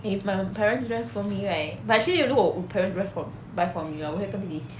if my parents drive for me right but actually 如果我 parents buy for buy for me hor 我会跟弟弟抢